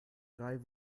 drei